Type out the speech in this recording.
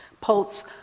pulse